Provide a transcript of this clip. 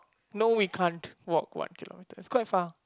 no we can't walk what okay no it's quite far